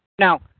Now